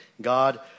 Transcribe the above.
God